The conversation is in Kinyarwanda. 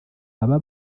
baba